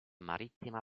marittima